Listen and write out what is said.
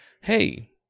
hey